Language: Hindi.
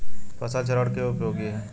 फसल चरण क्यों उपयोगी है?